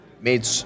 made